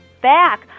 back